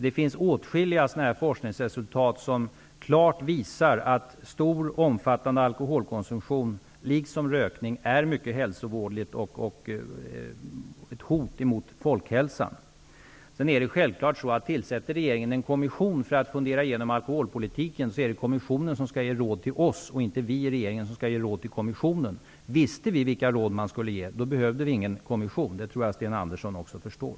Det finns åtskilliga forskningsresultat som klart visar att omfattande alkoholkonsumtion liksom rökning är mycket hälsovådligt och utgör ett hot mot folkhälsan. Om regeringen tillsätter en kommission som skall fundera över alkoholpolitiken, är det självfallet kommissionen som skall ge råd till oss och inte vi i regeringen som skall ge råd till kommissionen. Om vi visste vilka råd som vi skulle ge, behövdes det ingen kommission. Det tror jag att också Sten Andersson i Malmö förstår.